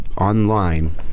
online